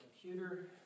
computer